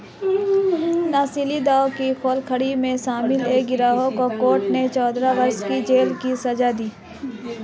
नशीली दवाओं की धोखाधड़ी में शामिल एक गिरोह को कोर्ट ने चौदह वर्ष की जेल की सज़ा दी